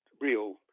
real